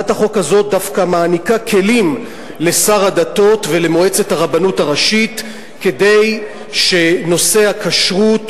דווקא מעניקה כלים לשר הדתות ולמועצת הרבנות הראשית כדי שנושא הכשרות,